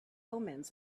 omens